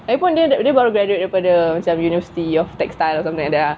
lagipun dia dia baru graduate daripada university of textile or something like that ah